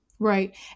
Right